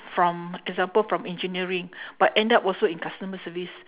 from example from engineering but end up also in customer service